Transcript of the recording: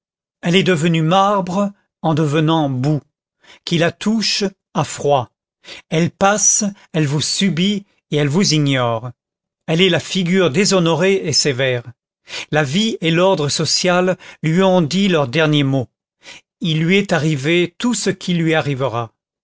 elle est devenue marbre en devenant boue qui la touche a froid elle passe elle vous subit et elle vous ignore elle est la figure déshonorée et sévère la vie et l'ordre social lui ont dit leur dernier mot il lui est arrivé tout ce qui lui arrivera